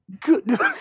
good